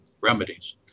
remedies